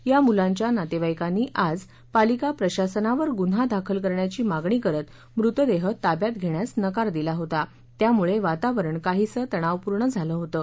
या मुलांच्या नातेवाईकांनी आज पालिका प्रशासनावर गुन्हा दाखल करण्याची मागणी करत मृतदेह ताब्यात घेण्यास नकार दिला होता त्यामुळे वातावरण काहीसं तणावपूर्ण झालं होतं